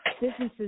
businesses